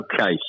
Okay